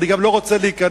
אני גם לא רוצה להיכנס